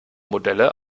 modelle